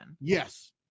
Yes